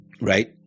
Right